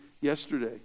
yesterday